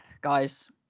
guys